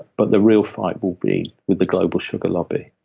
but the real fight will be with the global sugar lobby.